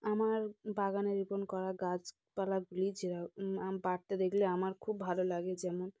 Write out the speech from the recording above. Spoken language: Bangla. আমার বাগানে রোপন করা গাছপালাগুলি যেরকম বাড়তে দেখলে আমার খুব ভালো লাগে যেমন